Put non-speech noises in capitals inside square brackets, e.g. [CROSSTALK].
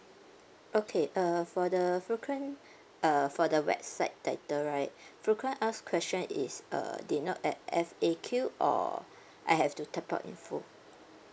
okay err for the frequent [BREATH] err for the website title right [BREATH] frequent asked question is err denote at F A Q or I have to type out in full